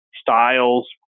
styles